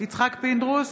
יצחק פינדרוס,